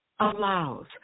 allows